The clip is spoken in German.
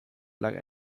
lag